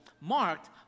marked